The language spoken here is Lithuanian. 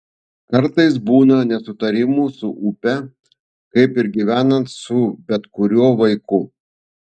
kartais būna nesutarimų su upe kaip ir gyvenant su bet kuriuo vaiku